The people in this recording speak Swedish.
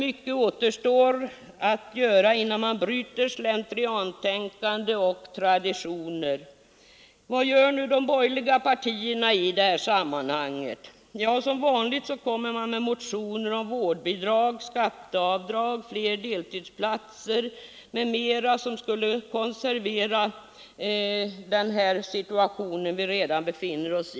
Mycket återstår dock att göra innan man bryter slentriantänkandet och traditioner. Vad gör nu de borgerliga partierna i det här sammanhanget? Som vanligt kommer de med motioner om vårdbidrag, skatteavdrag, fler deltidsplatser m.m., som skulle konservera den situation vi redan Nr 15 befinner oss i.